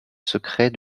secrets